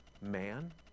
man